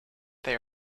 they